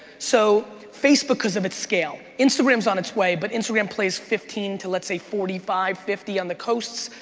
so facebook, cause of its scale. instagram's on its way, but instagram plays fifteen to let's say forty five, fifty on the coasts,